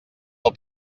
del